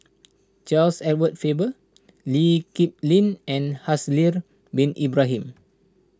Charles Edward Faber Lee Kip Lin and Haslir Bin Ibrahim